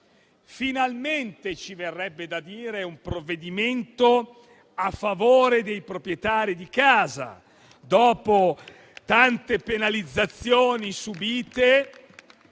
finalmente, ci verrebbe da dire - è un provvedimento a favore dei proprietari di casa dopo le tante penalizzazioni subite